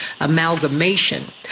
amalgamation